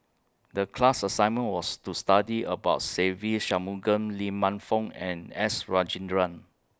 The class assignment was to study about Se Ve Shanmugam Lee Man Fong and S Rajendran